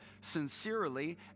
Sincerely